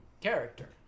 character